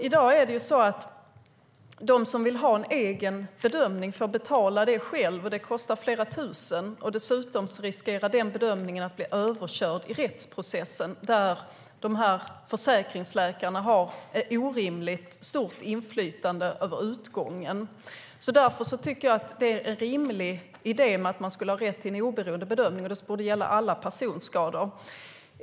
I dag är det ju så att de som vill ha en egen bedömning får betala för den själva, och det kostar flera tusen. Dessutom finns det risk att den bedömningen blir överkörd i rättsprocessen, där försäkringsläkarna har ett orimligt stort inflytande över utgången. Därför tycker jag att det är en rimlig idé att man skulle ha rätt till en oberoende bedömning. Det borde gälla alla personskador.